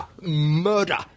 Murder